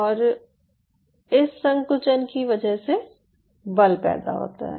और इस संकुचन की वजह से बल पैदा होता है